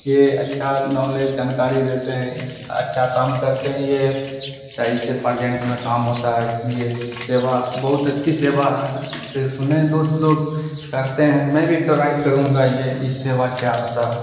یہ اچھا نالج جانکاری دیتے ہیں اس اچھا کام کرتے ہیں یہ صحیح سے پرزنٹ میں کام ہوتا ہے یہ سیوا بہت اچھی سیوا ہے اس سے سنیں دوست لوگ کرتے ہیں میں بھی ٹرائی کروں گا یہ ای سیوا کیا ہوتا ہے